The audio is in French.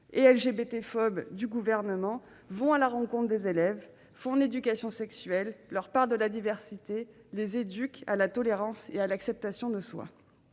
et LGBTphobe du gouvernement, vont à la rencontre des élèves, font leur éducation sexuelle, leur parlent de la diversité et les éduquent à la tolérance et à l'acceptation de soi.